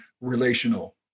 relational